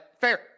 fair